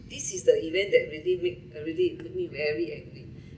this is the event that really make ah really make me very angry